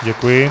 Děkuji.